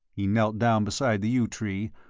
he knelt down beside the yew tree,